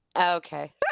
Okay